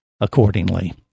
accordingly